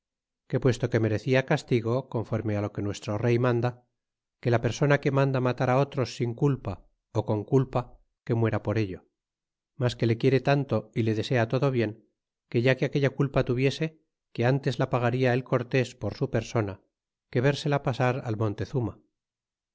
que puesto que merecia castigo conforme lo que nuestro rey manda que la persona que manda matar otros sin culpa ó con culpa que muera por ello mas que le quiere tanto y le desea todo bien que ya que aquella culpa tuviese que ntes la pagada el cortés por su persona que vérsela pasar al montezuma